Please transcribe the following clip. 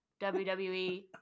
WWE